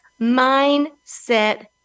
mindset